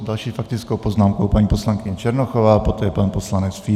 S další faktickou poznámkou paní poslankyně Černochová, poté pan poslanec Fiedler.